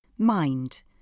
Mind